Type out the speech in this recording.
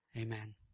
Amen